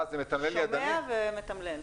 הוא שומע ומתמלל.